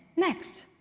next.